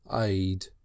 aid